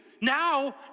Now